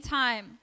time